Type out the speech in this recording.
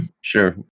sure